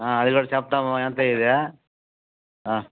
అదికూడా చెప్తాము ఎంతయ్యింది